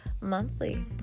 monthly